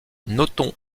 notons